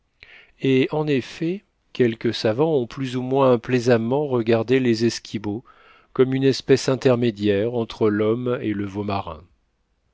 et en effet quelques savants ont plus ou moins plaisamment regardé les esquimaux comme une espèce intermédiaire entre l'homme et le